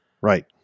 Right